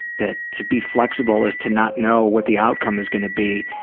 that to be flexible is to not know what the outcome is going to be.